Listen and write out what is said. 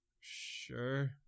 sure